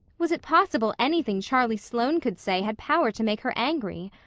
was it possible anything charlie sloane could say had power to make her angry?